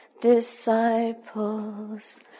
disciples